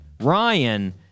Ryan